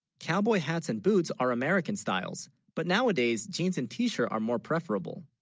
cowboy hats and boots are american styles but nowadays. jeans and t-shirt are more preferable